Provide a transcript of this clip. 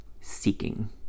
seeking